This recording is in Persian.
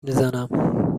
میزنم